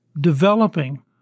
developing